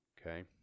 Okay